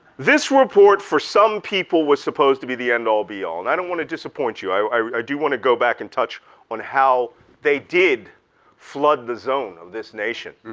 this report for some people was supposed to be the end all, be all and i don't want to disappoint you. i i do want to go back and touch on how they did flood the zone of this nation.